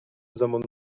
amendements